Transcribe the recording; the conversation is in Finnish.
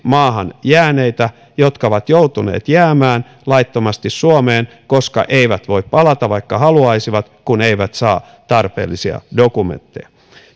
maahan jääneitä jotka ovat joutuneet jäämään laittomasti suomeen koska eivät voi palata vaikka haluaisivat kun eivät saa tarpeellisia dokumentteja